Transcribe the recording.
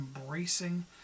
embracing